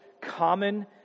common